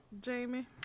Jamie